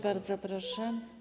Bardzo proszę.